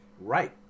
Right